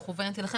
שמכוונת אליכם,